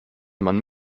man